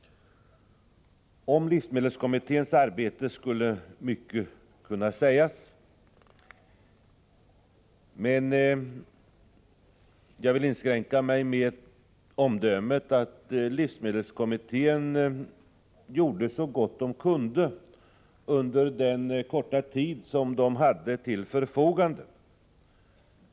Om livsmedelskommitténs arbete skulle mycket kunna sägas, men jag vill inskränka mig till omdömet att livsmedelskommittén gjorde så gott den kunde under den korta tid som den hade till sitt förfogande.